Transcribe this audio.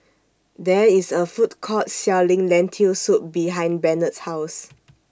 There IS A Food Court Selling Lentil Soup behind Bennett's House